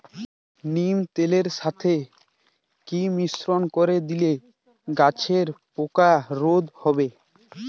নিম তেলের সাথে কি মিশ্রণ করে দিলে গাছের পোকা রোধ হবে?